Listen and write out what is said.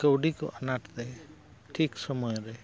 ᱠᱟᱣᱰᱤ ᱠᱚ ᱟᱱᱟᱴᱛᱮ ᱴᱷᱤᱠ ᱥᱚᱢᱚᱭ ᱨᱮ